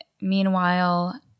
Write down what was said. Meanwhile